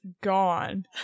gone